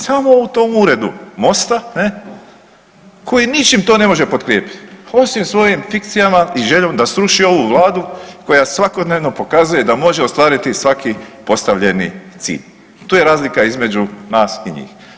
Samo u tom uredu Mosta ne koji ničim to ne može potkrijepiti osim svojim fikcijama i željom da sruši ovu Vladu koja svakodnevno pokazuje da može ostvariti svaki postavljeni cilj i tu je razlika između nas i njih.